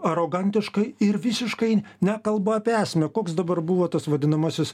arogantiškai ir visiškai nekalba apie esmę koks dabar buvo tas vadinamasis